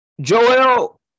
Joel